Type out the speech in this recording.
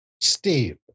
Steve